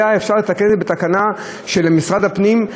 אפשר לתקן את זה בתקנה של משרד הפנים.